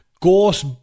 gorse